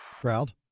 Crowd